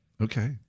Okay